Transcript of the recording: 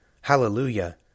Hallelujah